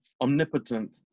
omnipotent